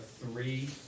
Three